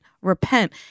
repent